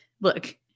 look